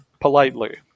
Politely